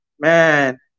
Man